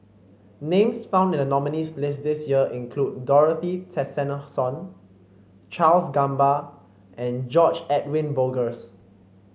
names found in the nominees' list this year include Dorothy Tessensohn Charles Gamba and George Edwin Bogaars